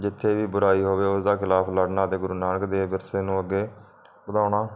ਜਿੱਥੇ ਵੀ ਬੁਰਾਈ ਹੋਵੇ ਉਸ ਦਾ ਖਿਲਾਫ ਲੜਨਾ ਤੇ ਗੁਰੂ ਨਾਨਕ ਦੇਵ ਵਿਰਸੇ ਨੂੰ ਅੱਗੇ ਵਧਾਉਣਾ